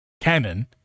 canon